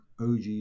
OG